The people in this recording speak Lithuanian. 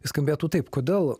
skambėtų taip kodėl